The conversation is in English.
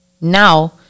Now